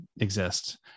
exist